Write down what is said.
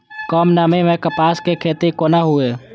कम नमी मैं कपास के खेती कोना हुऐ?